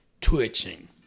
twitching